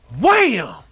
wham